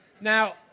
Now